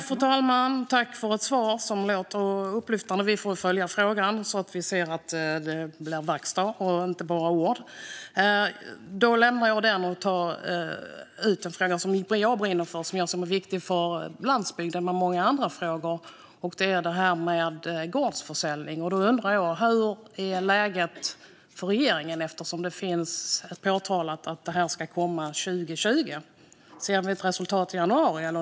Fru talman! Tack för ett svar som låter upplyftande. Vi får följa frågan så att vi ser att det blir verkstad och inte bara ord. Jag lämnar den frågan och tar upp en fråga som jag brinner för. Den är bland många andra frågor viktig för landsbygden. Det gäller gårdsförsäljning. Jag undrar: Hur är läget för regeringen? Man har sagt att det ska komma förslag 2020. Ser vi ett resultat i januari?